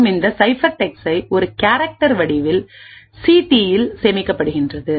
மற்றும் இந்த சைஃபெர்டெக்ஸ்ட் ஒரு கேரக்டர் வடிவில் சிடி இல் சேமிக்கப்பட்டுள்ளது